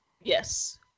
yes